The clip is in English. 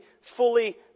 fully